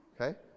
Okay